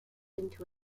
into